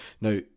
now